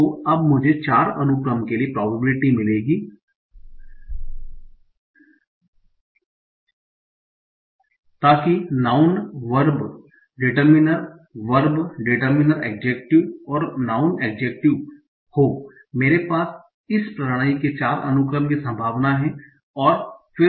तो अब मुझे चार अनुक्रमों के लिए प्रोबेबिलिटी मिलेगी ताकि noun verb determiner verb determiner adjective और नाऊँन एड्जेक्टिव हों मेरे पास इस प्रणाली के चार अनुक्रम की संभावना है